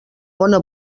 bona